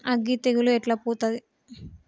అగ్గి తెగులు ఎట్లా పోతది?